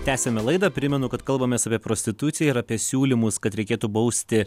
tęsiame laidą primenu kad kalbamės apie prostituciją ir apie siūlymus kad reikėtų bausti